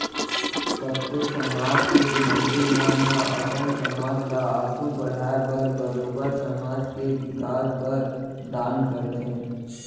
कतको समाज के मनसे मन ह अपन समाज ल आघू बड़हाय बर बरोबर समाज के बिकास बर दान करथे